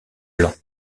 blanc